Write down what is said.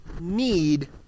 need